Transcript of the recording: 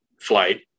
flight